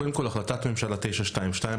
קודם כל החלטת ממשלה 922,